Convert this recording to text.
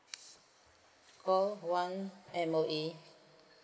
call one M_O_E